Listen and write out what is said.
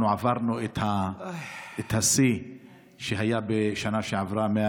אנחנו עברנו את השיא שהיה בשנה שעברה,